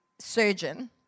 surgeon